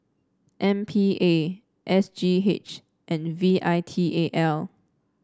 M P A S G H and V I T A L